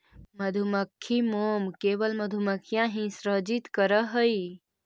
मधुमक्खी मोम केवल मधुमक्खियां ही सृजित करअ हई